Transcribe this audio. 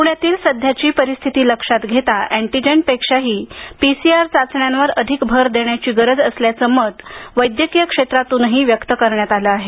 पुण्यातील सध्याची परिस्थिती लक्षात घेता अँटीजेन पेक्षाही पीसीआर चाचण्यांवर अधिक भर देण्याची गरज असल्याचं मत वैद्यकीय क्षेत्रातूनही व्यक्त करण्यात आलं आहे